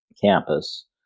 campus